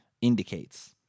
indicates